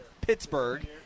Pittsburgh